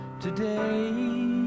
today